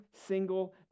single